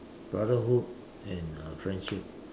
the brotherhood and uh friendship